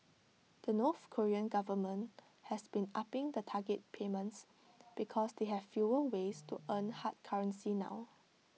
the north Korean government has been upping the target payments because they have fewer ways to earn hard currency now